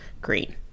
green